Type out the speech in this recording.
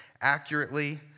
accurately